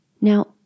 Now